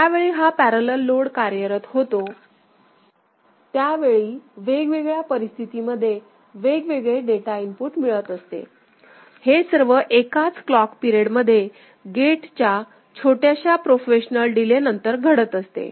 ज्यावेळी हा parallel load कार्यरत होतो त्यावेळी वेगवेगळ्या परिस्थितीमध्ये वेगवेगळे डेटा इनपुट मिळत असते हे सर्व एकाच क्लॉक पिरेड मध्ये गेटच्या छोट्याश्या प्रोफेशनल डीले नंतर घडत असते